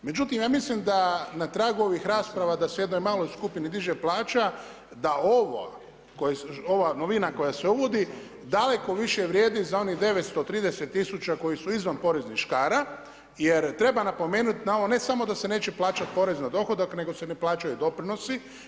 Međutim, ja mislim da na tragu ovih rasprava, da se jednoj maloj skupini diže plaća, da ova novina koja se uvodi, daleko više vrijedi za onih 390 tisuća, koji su izvan poreznih škara, jer treba napomenuti na ovo, ne samo da se neće plaćati porez na dohodak, nego se ne plaćaju ni doprinosi.